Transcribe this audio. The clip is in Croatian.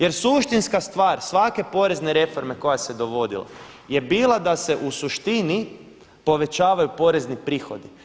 Jer suštinska stvar svake porezne reforme koja se dovodila je bila da se u suštini povećavaju porezni prihodi.